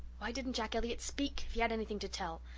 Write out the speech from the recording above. why didn't jack elliott speak if he had anything to tell?